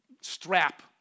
strap